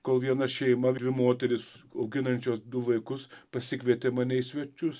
kol viena šeima dvi moterys auginančios du vaikus pasikvietė mane į svečius